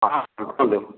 ହଁ କୁହନ୍ତୁ